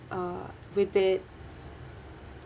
uh with it